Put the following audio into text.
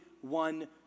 one